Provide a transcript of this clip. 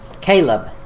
Caleb